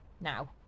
now